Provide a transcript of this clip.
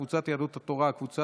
קבוצת סיעת יהדות התורה וקבוצת